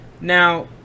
Now